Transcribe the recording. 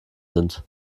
sind